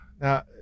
Now